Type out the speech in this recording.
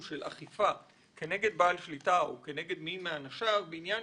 אכיפה כנגד בעל שליטה או כנגד מי מאנשיו בעניין